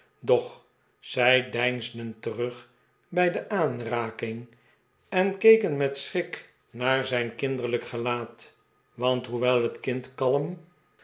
doch zij deinsden terug bij de aanraking en keken met schrik naar zijn kinderlijk gelaat want hoewel het kind kalm